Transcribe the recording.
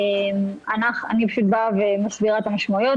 אני באה ומסבירה את המשמעויות.